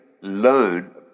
learn